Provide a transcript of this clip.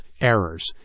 errors